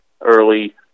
early